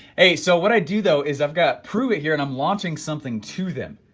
so what i do though is i've got prove it here and i'm launching something to them,